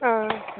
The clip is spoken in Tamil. ஆ ஆ